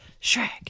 Shrek